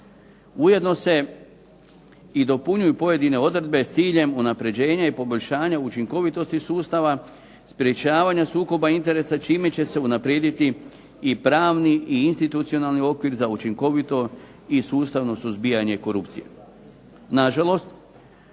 Ujedno se i dopunjuju pojedine odredbe s ciljem unapređenja i poboljšanja učinkovitosti sustava sprečavanja sukoba interesa čime će se unaprijediti i pravni i institucionalni okvir za učinkovito i sustavno suzbijanje korupcije.